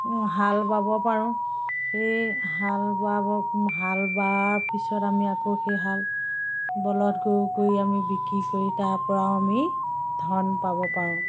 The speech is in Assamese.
হাল বাব পাৰোঁ সেই হাল বাব হাল বোৱাৰ পিছত আমি আকৌ সেই হাল বলদ গৰু কৰি আমি বিক্ৰী কৰি তাৰ পৰাও আমি ধন পাব পাৰোঁ